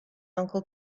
uncle